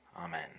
Amen